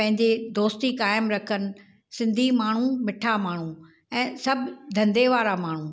पंहिंजे दोस्ती क़ाइमु रखनि सिंधी माण्हू मिठा माण्हू ऐं सभु धंधे वारा माण्हू